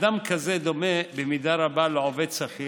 אדם כזה דומה במידה רבה לעובד שכיר,